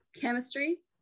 chemistry